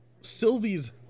Sylvie's